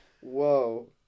whoa